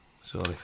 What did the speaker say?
Sorry